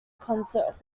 concert